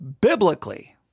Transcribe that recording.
biblically